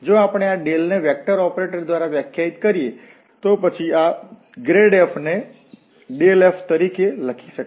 જો આપણે આ ડેલને વેક્ટરઓપરેટર દ્વારા વ્યાખ્યાયિત કરીએ તો પછી આ grad f ને ∇f તરીકે લખી શકાય છે